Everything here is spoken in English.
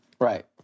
Right